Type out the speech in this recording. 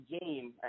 game